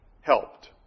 helped